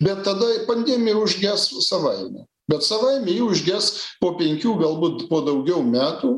bet tada pandemija užges savaime bet savaime užges po penkių galbūt po daugiau metų